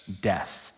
death